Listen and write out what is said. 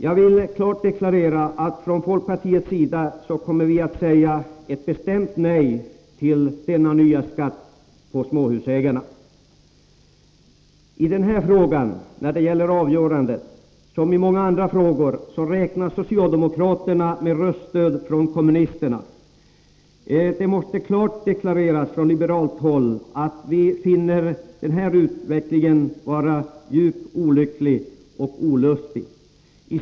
Jag vill klart deklarera att vi från folkpartiets sida kommer att säga ett bestämt nej till denna nya skatt för småhusägarna. I den här frågan som i många andra frågor räknar socialdemokraterna med röststöd från kommunisterna när det gäller avgörandet. Det måste klart deklareras från liberalt håll att vi finner denna utveckling djupt olycklig och olustig.